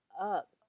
up